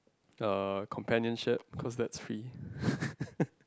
uh companionship cause that's free